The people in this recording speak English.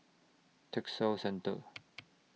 Textile Centre